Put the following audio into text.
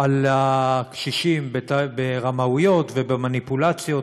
על הקשישים, ברמאויות ובמניפולציות